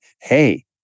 hey